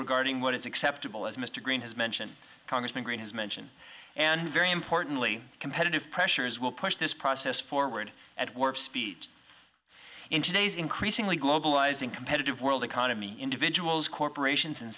regarding what is acceptable as mr green has mentioned congressman green has mentioned and very importantly competitive pressures will push this process forward at work speed in today's increasingly globalising of world economy individuals corporations